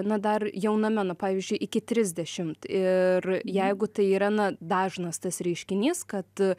na dar jauname na pavyzdžiui iki trisdešimt ir jeigu tai yra na dažnas tas reiškinys kad